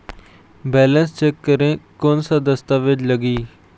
Balance check करें कोन सा दस्तावेज लगी?